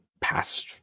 past